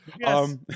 Yes